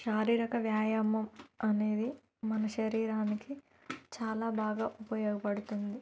శారీరక వ్యాయామం అనేది మన శరీరానికి చాలా బాగా ఉపయోగపడుతుంది